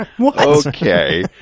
Okay